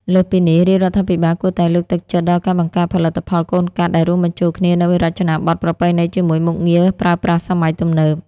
លើសពីនេះ រាជរដ្ឋាភិបាលគួរតែលើកទឹកចិត្តដល់ការបង្កើតផលិតផលកូនកាត់ ដែលរួមបញ្ចូលគ្នានូវរចនាបថប្រពៃណីជាមួយមុខងារប្រើប្រាស់សម័យទំនើប។